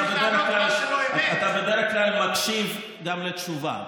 אתה בדרך כלל מקשיב גם לתשובה,